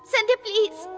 sandhya, please.